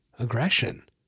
Aggression